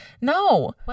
No